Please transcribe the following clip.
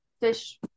fish